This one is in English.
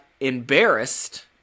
embarrassed